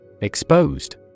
Exposed